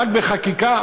רק בחקיקה,